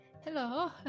hello